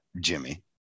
jimmy